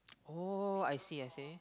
oh I see I see